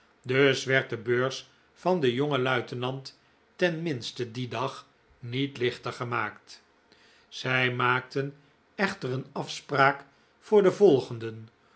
dus werd de beurs van den jongen luitenant tenminste dien dag niet lichter gemaakt zij maakten echter een afspraak voor den volgenden